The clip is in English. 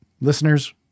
listeners